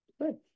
Good